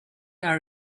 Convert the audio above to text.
are